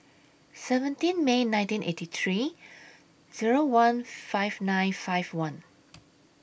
seventeen May nineteen eighty three Zero one five nine five one